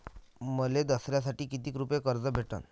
मले दसऱ्यासाठी कितीक रुपये कर्ज भेटन?